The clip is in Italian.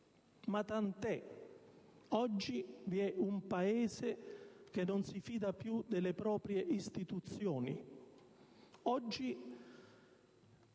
Ma tant'è: oggi il Paese non si fida più delle proprie istituzioni.